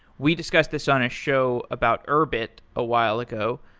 we discussed this on a show about urbit a while ago.